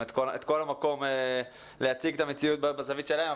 את כל המקום להציג את המציאות בזווית שלהם,